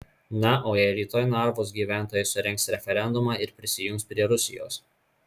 na o jei rytoj narvos gyventojai surengs referendumą ir prisijungs prie rusijos